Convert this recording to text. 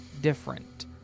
different